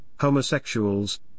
homosexuals